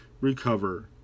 recover